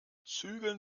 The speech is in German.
zügeln